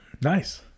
Nice